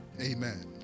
Amen